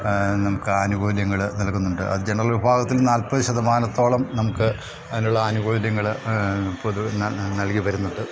നമുക്ക് ആനുകൂല്യങ്ങൾ നൽകുന്നുണ്ട് അത് ജെനറൽ വിഭാഗത്തിൽ നാൽപ്പത് ശതമാനത്തോളം നമുക്ക് അതിനുള്ള ആനുകൂല്യങ്ങൾ പൊതുവെ നൽകി വരുന്നുണ്ട്